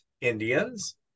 Indians